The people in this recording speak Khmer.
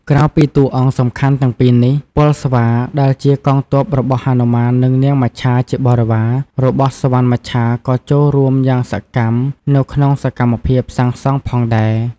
ក្រៅពីតួអង្គសំខាន់ទាំងពីរនេះ ពលស្វា ដែលជាកងទ័ពរបស់ហនុមាន និង នាងមច្ឆាជាបរិវារ របស់សុវណ្ណមច្ឆាក៏ចូលរួមយ៉ាងសកម្មនៅក្នុងសកម្មភាពសាងសង់ផងដែរ។